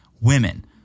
women